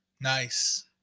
Nice